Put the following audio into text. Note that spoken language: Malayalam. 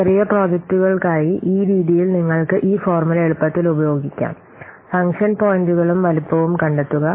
ചെറിയ പ്രോജക്റ്റുകൾക്കായി ഈ രീതിയിൽ നിങ്ങൾക്ക് ഈ ഫോർമുല എളുപ്പത്തിൽ ഉപയോഗിക്കാം ഫംഗ്ഷൻ പോയിന്റുകളും വലുപ്പവും കണ്ടെത്തുക